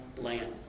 land